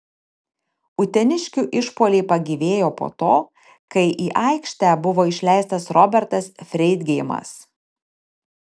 uteniškių išpuoliai pagyvėjo po to kai į aikštę buvo išleistas robertas freidgeimas